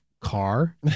car